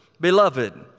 Beloved